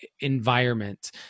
environment